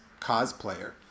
cosplayer